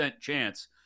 chance